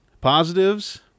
positives